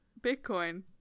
Bitcoin